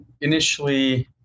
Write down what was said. initially